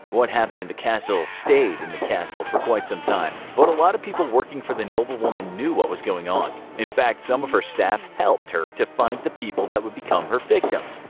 what happened in the castle stayed in the castle for quite some time, but a lot of people working for the noblewoman knew what was going on. in fact, some of her staff helped her to find the people that would become her victims.